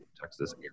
Texas